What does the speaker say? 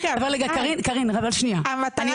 המטרה היא שהקופות יפעילו?